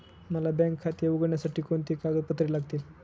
मला बँक खाते उघडण्यासाठी कोणती कागदपत्रे लागतील?